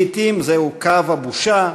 לעתים זהו קו הבושה,